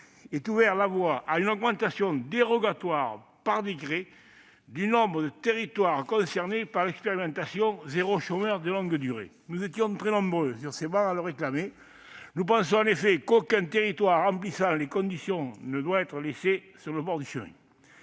ait ouvert la voie à une augmentation dérogatoire par décret du nombre de territoires concernés par l'expérimentation « territoires zéro chômeur de longue durée ». Nous étions très nombreux, dans cet hémicycle, à le réclamer. Nous pensons, en effet, qu'aucun territoire remplissant les conditions pour en bénéficier ne doit être laissé sur le bord du chemin.